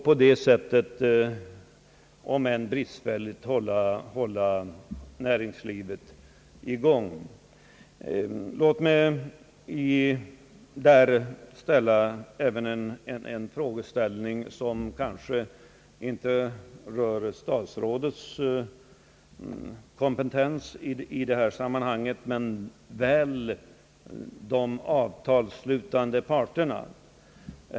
På det sättet hölls produktionen, om än bristfälligt, i gång. Låt mig även ta upp en frågeställning, som kanske inte berör statsrådets kompetensområde i detta sammanhang men väl de avtalsslutande parterna.